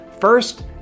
First